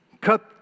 cut